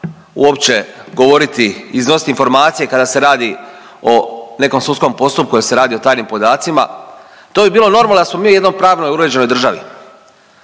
uopće govoriti, iznositi informacije kada se radi o nekom sudskom postupku jer se radi o tajnim podacima to bi bilo normalno da smo mi u jednoj pravno uređenoj državi,